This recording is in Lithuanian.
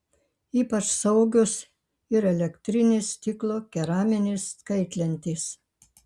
ypač saugios ir elektrinės stiklo keraminės kaitlentės